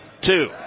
Two